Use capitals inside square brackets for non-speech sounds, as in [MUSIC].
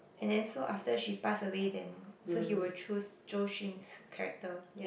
and then so after she pass [BREATH] away then so he will choose Zhou-Xun's character